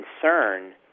concern